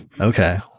Okay